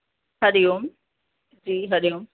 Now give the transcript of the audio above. Hari Om ji Hari Om